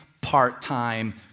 part-time